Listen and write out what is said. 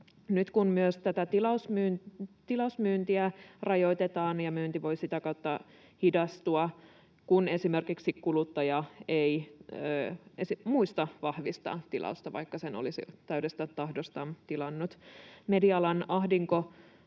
Nyt kun myös tätä tilausmyyntiä rajoitetaan, myynti voi sitä kautta hidastua, kun kuluttaja ei esimerkiksi muista vahvistaa tilausta, vaikka sen olisi täydestä tahdostaan tehnyt. Media-alan ahdinko